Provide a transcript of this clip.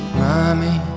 mommy